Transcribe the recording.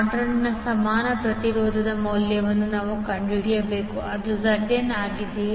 ನಾರ್ಟನ್ನ ಸಮಾನ ಪ್ರತಿರೋಧದ ಮೌಲ್ಯವನ್ನು ನಾವು ಕಂಡುಹಿಡಿಯಬೇಕು ಅದು ZNಆಗಿದೆ